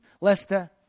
Lester